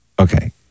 Okay